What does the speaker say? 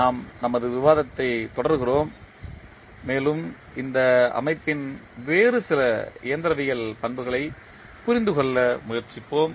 நாம் நமது விவாதத்தைத் தொடர்கிறோம் மேலும் இந்த அமைப்பின் வேறு சில இயந்திரவியல் பண்புகளைப் புரிந்துகொள்ள முயற்சிப்போம்